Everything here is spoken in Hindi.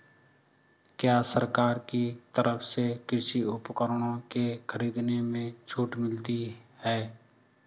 क्या सरकार की तरफ से कृषि उपकरणों के खरीदने में छूट मिलती है?